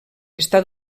està